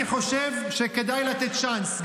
אני חושב שכדאי לתת צ'אנס.